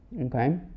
Okay